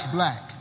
Black